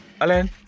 Alan